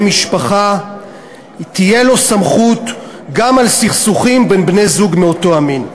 משפחה תהיה סמכות גם בסכסוכים בין בני-זוג מאותו המין.